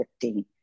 15